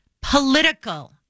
political